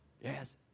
Yes